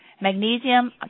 Magnesium